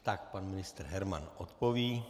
Tak pan ministr Herman odpoví.